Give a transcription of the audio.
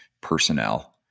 personnel